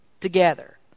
together